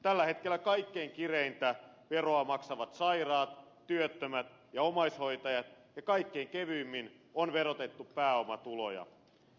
tällä hetkellä kaikkein kireintä veroa maksavat sairaat työttömät ja omaishoitajat ja kaikkein kevyimmin on verotettu pääomatuloja